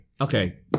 Okay